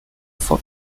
for